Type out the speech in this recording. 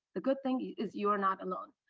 the good thing is you are not alone.